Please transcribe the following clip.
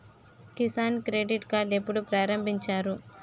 Kisan credit card ఎప్పుడు ప్రారంభించారు?